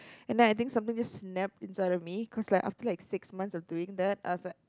and then I think something just snapped inside of me cause like after like six months of doing that I was like